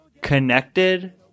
connected